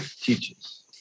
teaches